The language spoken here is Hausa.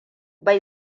bai